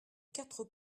quatre